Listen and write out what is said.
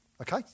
Okay